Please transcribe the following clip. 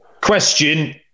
question